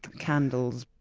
candles,